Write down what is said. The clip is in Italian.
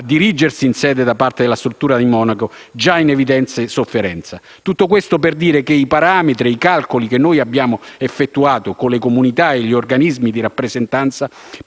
dirigere in sede da parte della struttura di Monaco, già in evidente sofferenza. Tutto questo per dire che i parametri e i calcoli che noi abbiamo effettuato con le comunità e gli organismi di rappresentanza